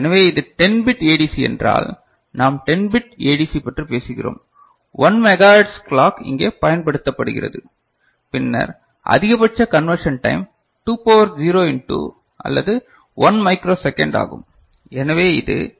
எனவே இது 10 bit ADC என்றால் நாம் 10 பிட் ஏடிசி பற்றி பேசுகிறோம் 1 மெகாஹெர்ட்ஸ் கிலோக் இங்கே பயன்படுத்தப்படுகிறது பின்னர் அதிகபட்ச கன்வெர்சன் டைம் 2 பவர் 0 இண்டு அல்லது 1 மைக்ரோ செகண்ட் ஆகும் எனவே இது 1